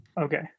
Okay